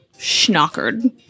schnockered